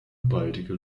baldige